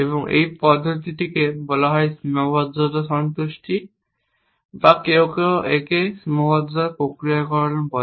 এবং এই পদ্ধতিটিকে বলা হয় সীমাবদ্ধতা সন্তুষ্টি বা কেউ কেউ একে সীমাবদ্ধতা প্রক্রিয়াকরণ বলে